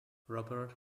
robert